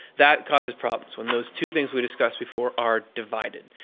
that causes problems, when those two things we discussed before are divided.